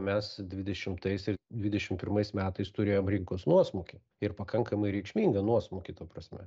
mes dvidešimtais ir dvidešim pirmais metais turėjom rinkos nuosmukį ir pakankamai reikšmingą nuosmukį ta prasme